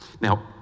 Now